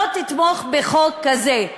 לא תתמוך בחוק כזה.